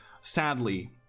sadly